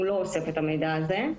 הוא לא אוסף את המידע הזה.